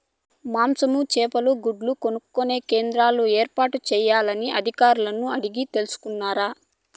మాంసము, చేపలు, గుడ్లు కొనుక్కొనే కేంద్రాలు ఏర్పాటు చేయాలని అధికారులను అడిగి తెలుసుకున్నారా?